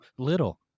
Little